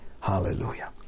Hallelujah